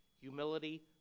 Humility